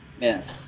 yes